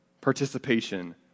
participation